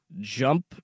jump